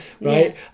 right